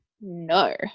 No